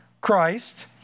Christ